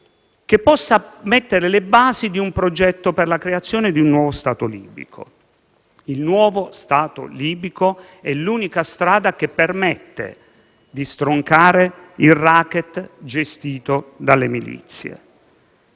che possa porre le basi di un progetto per la creazione di un nuovo Stato libico. Il nuovo Stato libico è l'unica strada che permette di stroncare il *racket* gestito dalle milizie.